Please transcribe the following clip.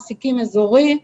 צריך להיות רכז מעסיקים אזורי,